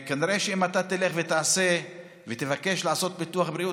כנראה שאם אתה תבקש לעשות ביטוח בריאות,